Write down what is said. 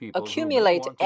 accumulate